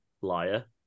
liar